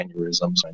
aneurysms